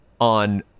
on